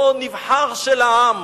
אותו נבחר של העם?